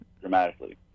dramatically